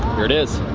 there it is.